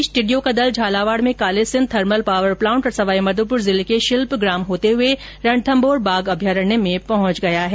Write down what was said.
इस बीच टिड्डियों का दल झालावाड में कालीसिंघ थर्मल पावर प्लांट और सवाईमाधोपुर जिले के शिल्प ग्राम होते हुए रणथम्भौर बाघ अभ्यारण्य में पहुंच गया है